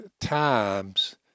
times